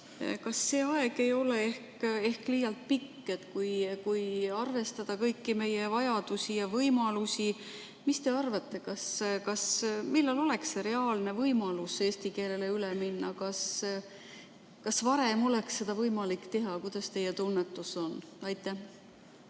Kas see aeg ei ole ehk liialt pikk, kui arvestada kõiki meie vajadusi ja võimalusi? Mis te arvate, millal oleks reaalne võimalus eesti keelele üle minna? Kas varem oleks seda võimalik teha? Kuidas teie tunnetus on? Aitäh!